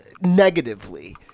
negatively